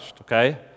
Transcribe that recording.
okay